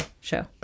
show